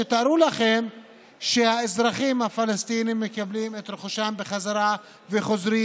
תתארו לכם שהאזרחים הפלסטינים מקבלים את רכושם בחזרה וחוזרים.